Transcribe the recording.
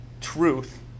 truth